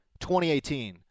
2018